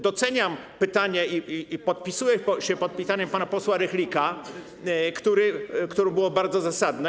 Doceniam pytanie i podpisuję się pod pytaniem pana posła Rychlika, które było bardzo zasadne.